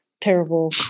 terrible